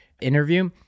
interview